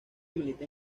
milita